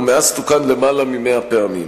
ומאז תוקן יותר מ-100 פעמים.